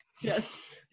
Yes